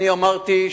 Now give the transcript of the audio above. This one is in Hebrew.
אמרתי,